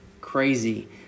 crazy